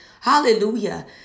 Hallelujah